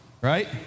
right